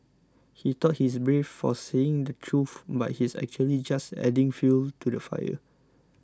he thought he's brave for saying the truth but he's actually just adding fuel to the fire